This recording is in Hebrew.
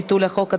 ביטול החוק),